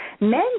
men